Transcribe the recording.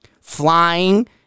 Flying